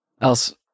else